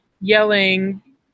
yelling